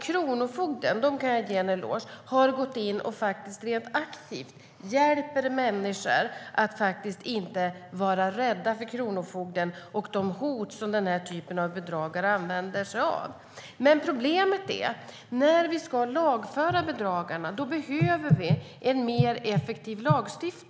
Kronofogden, som jag kan ge en eloge, hjälper aktivt människor att inte vara rädda för kronofogden och de hot som den här typen av bedragare använder sig av. Problemet är att vi behöver en effektivare lagstiftning när vi ska lagföra bedragarna.